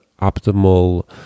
optimal